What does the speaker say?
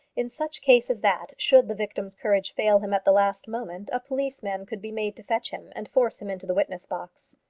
in such case as that, should the victim's courage fail him at the last moment, a policeman could be made to fetch him and force him into the witness-box.